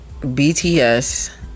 BTS